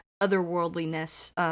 otherworldliness